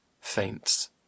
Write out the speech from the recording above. faints